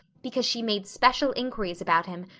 because she made special inquiries about him,